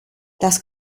das